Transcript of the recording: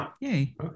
Yay